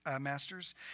masters